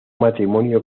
matrimonio